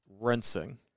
rinsing